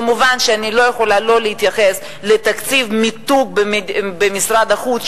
כמובן שאני לא יכולה שלא להתייחס לתקציב מיתוג במשרד החוץ,